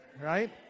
right